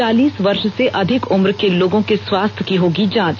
चालीस वर्ष से अधिक उम्र के लोगों के स्वास्थ्य की होगी जांच